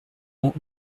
ont